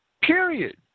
Period